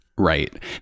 Right